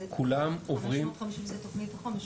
כולם עוברים --- 550 זה תוכנית החומש,